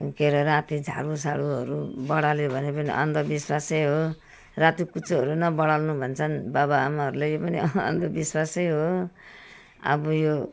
के अरे राति चाहिँ झाडुसाडुहरू बढार्यो भने पनि अन्धविश्वासै हो राति कुच्चोहरू नबढार्नु भन्छन् बाबाआमाहरूले यो पनि अह अन्धविश्वासै हो अब यो